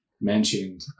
mentioned